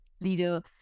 leader